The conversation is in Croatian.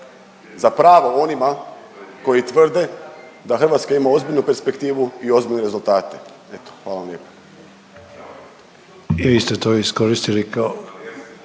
za pravo onima koji tvrde da Hrvatska ima ozbiljnu perspektivu i ozbiljne rezultate. Eto hvala vam lijepa.